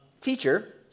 teacher